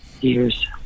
years